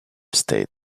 state